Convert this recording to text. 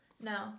No